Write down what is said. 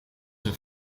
een